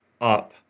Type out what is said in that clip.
up